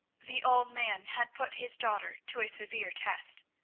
the old man had put his daughter to a severe test,